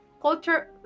culture